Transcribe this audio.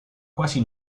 quasi